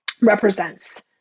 represents